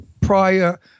prior